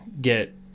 get